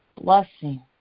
blessing